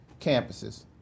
campuses